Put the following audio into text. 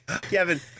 Kevin